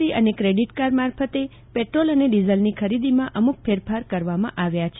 T અને credit card મારફતે petrol અને ડીઝલની ખરીદીમાં અમુક ફેરફાર કરવામાં આવ્યા છે